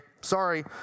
sorry